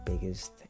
biggest